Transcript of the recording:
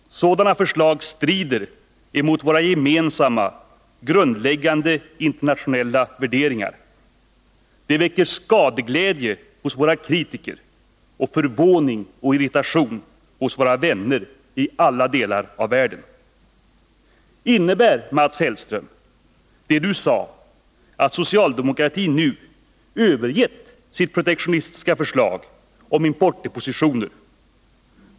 Sådana förslag strider mot våra gemensamma grundläggande internationella värderingar. De väcker skadeglädje hos våra kritiker och förvåning och irritation hos våra vänner i alla delar av världen. Innebär, Mats Hellström, det du sade, att socialdemokratin nu övergett sitt protektionistiska förslag om importdepositioner?